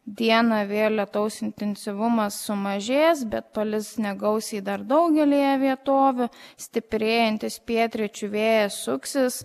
dieną vėjo lietaus intensyvumas sumažės bet palis negausiai dar daugelyje vietovių stiprėjantis pietryčių vėjas suksis